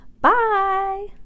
Bye